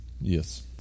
yes